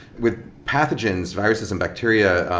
with pathogens, virus and bacteria,